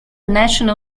national